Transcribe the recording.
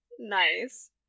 Nice